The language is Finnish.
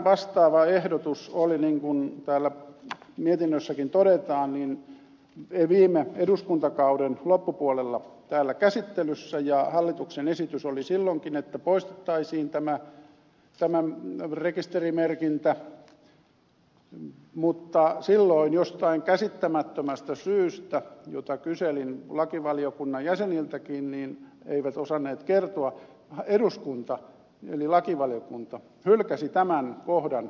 vastaava ehdotus oli niin kuin täällä mietinnössäkin todetaan viime eduskuntakauden loppupuolella täällä käsittelyssä ja hallituksen esitys oli silloinkin että poistettaisiin tämä rekisterimerkintä mutta silloin jostain käsittämättömästä syystä jota kyselin lakivaliokunnan jäseniltäkin mutta eivät osanneet kertoa eduskunta eli lakivaliokunta hylkäsi tämän kohdan